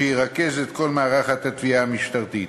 ואשר ירכז את כל מערך התביעה המשטרתית.